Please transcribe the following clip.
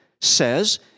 says